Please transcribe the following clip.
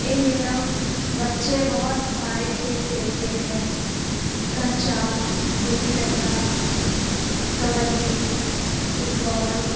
ان دنوں بچے بہت سارے کھیل کھیلتے ہیں کنچا گلی ڈنڈا کبڈی فٹ بال